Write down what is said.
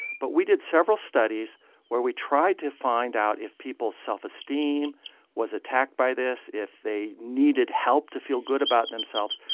but we did several studies where we tried to find out if people's self-esteem was attacked by this, if they needed help to feel good about themselves.